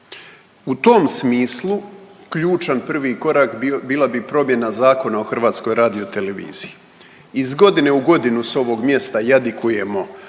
U tom smislu, ključan prvi korak bila bi promjena Zakona o HRT-u. Iz godine u godinu s ovog mjesta jadikujemo